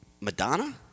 Madonna